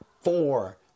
four